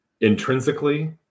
intrinsically